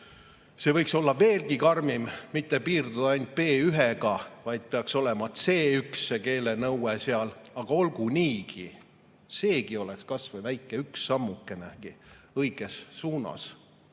See võiks olla veelgi karmim, võiks mitte piirduda B1-ga, vaid peaks olema C1-tase see keelenõue, aga olgu niigi. Seegi oleks kas või väike sammukene õiges suunas.